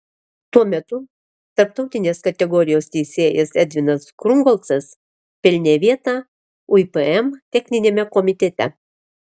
tuo metu tarptautinės kategorijos teisėjas edvinas krungolcas pelnė vietą uipm techniniame komitete